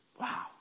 Wow